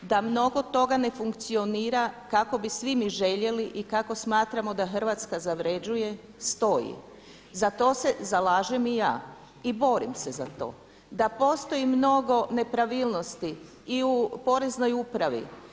Da mnogo toga ne funkcionira kako bi mi svi željeli i kako smatramo da Hrvatska zavređuje stoji, za to se zalažem i ja i borim se za to, da postoji mnogo nepravilnosti i u Poreznoj upravi.